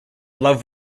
love